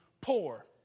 poor